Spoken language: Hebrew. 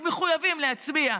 מחויבים להצביע,